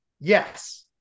yes